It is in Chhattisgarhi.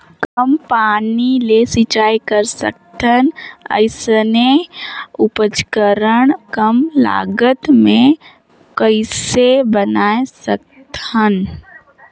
कम पानी ले सिंचाई कर सकथन अइसने उपकरण कम लागत मे कइसे बनाय सकत हन?